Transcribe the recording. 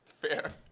Fair